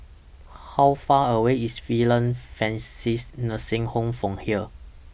How Far away IS Villa Francis Nursing Home from here